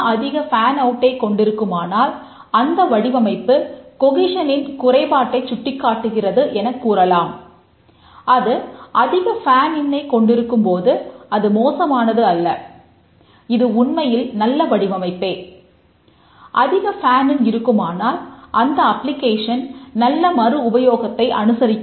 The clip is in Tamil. ஃபேன் இன் நல்ல மறு உபயோகத்தை அனுசரிக்க முடியும்